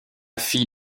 fille